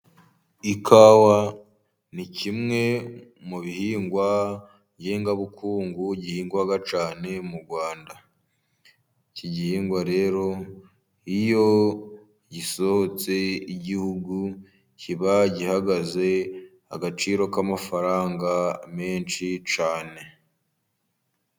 Ikawa ni kimwe mu bihingwa ngengabukungu gihingwa cyane mu Rwanda. Iki gihingwa rero iyo gisohotse igihugu, kiba gihagaze agaciro k'amafaranga menshi cyane.